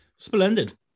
Splendid